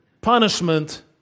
punishment